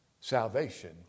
Salvation